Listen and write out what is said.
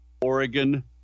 Oregon